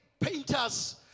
painters